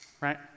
right